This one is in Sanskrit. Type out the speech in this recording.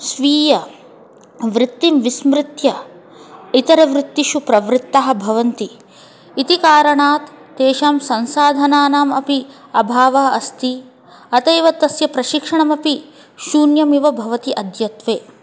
स्वीयां वृत्तिं विस्मृत्य इतरवृत्तिषु प्रवृत्ताः भवन्ति इति कारणात् तेषां संसाधनानामपि अभावः अस्ति अत एव तस्य प्रशिक्षणमपि शून्यमिव भवति अद्यत्वे